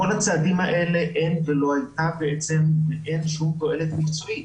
בכל הצעדים האלה אין ולא הייתה בעצם שום תועלת מקצועית.